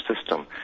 system